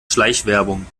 schleichwerbung